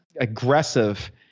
aggressive